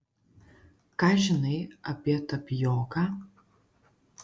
ką žinai apie tapijoką